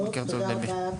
תודה רבה,